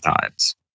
times